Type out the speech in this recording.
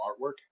artwork